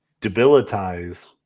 debilitize